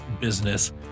business